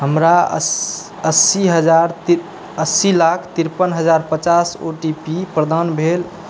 हमरा अस्सी हजार अस्सी लाख तिरपन हजार पचास ओ टी पी प्रदान भेल